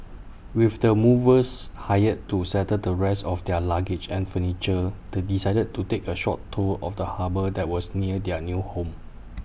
with the movers hired to settle the rest of their luggage and furniture they decided to take A short tour of the harbour that was near their new home